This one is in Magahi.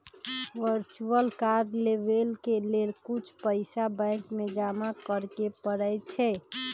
वर्चुअल कार्ड लेबेय के लेल कुछ पइसा बैंक में जमा करेके परै छै